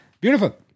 Beautiful